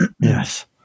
yes